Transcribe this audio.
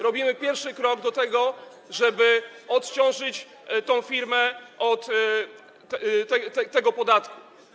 Robimy pierwszy krok w kierunku tego, żeby odciążyć tę firmę od tego podatku.